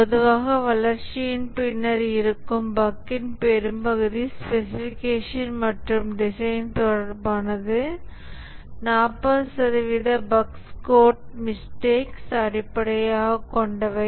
பொதுவாக வளர்ச்சியின் பின்னர் இருக்கும் பஃக்ன் பெரும்பகுதி ஸ்பெசிஃபிகேஷன் மற்றும் டிசைன் தொடர்பானது 40 சதவீத பஃக்ஸ் கோட் மிஸ்டேக்ஸ் அடிப்படையாகக் கொண்டவை